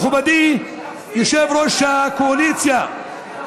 מכובדי יושב-ראש הקואליציה,